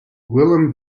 willem